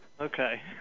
Okay